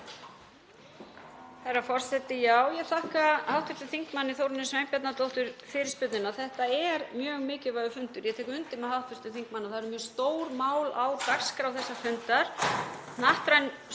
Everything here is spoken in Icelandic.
Þetta er mjög mikilvægur fundur og ég tek undir með hv. þingmanni að það eru mjög stór mál á dagskrá þessa fundar,